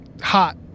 hot